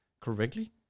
correctly